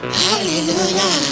hallelujah